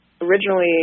originally